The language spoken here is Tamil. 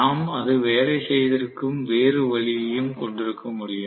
நாம் அது வேலை செய்திருக்கும் வேறு வழியையும் கொண்டிருக்க முடியும்